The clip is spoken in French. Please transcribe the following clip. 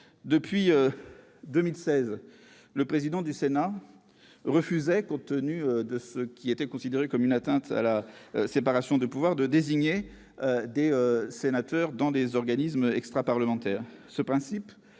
Depuis 2016, le président du Sénat refusait, compte tenu de ce qui était considéré comme une atteinte à la séparation des pouvoirs, de désigner des sénateurs dans certains organismes extraparlementaires.